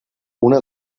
una